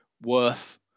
worth